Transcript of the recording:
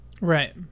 right